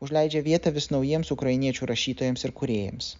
užleidžia vietą vis naujiems ukrainiečių rašytojams ir kūrėjams